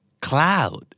Cloud